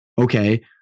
Okay